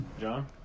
John